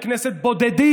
מחברי כנסת בודדים,